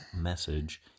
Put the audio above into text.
message